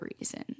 reason